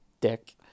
dick